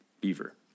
beaver